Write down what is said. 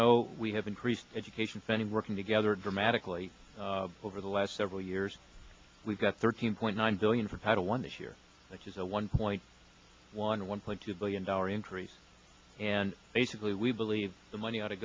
know we have increased education spending working together dramatically over the last several years we've got thirteen point nine billion for part of one this year which is a one point one one point two billion dollar increase and basically we believe the money